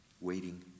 waiting